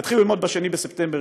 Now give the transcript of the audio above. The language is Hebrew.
יתחילו ללמוד ב-2 בספטמבר,